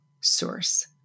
source